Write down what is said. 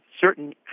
certain